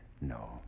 No